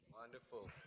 Wonderful